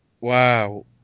Wow